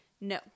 No